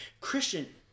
Christian